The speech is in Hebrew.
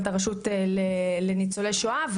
- הרשות לניצולי שואה הייתה תחת המשרד לשיוויון חברתי,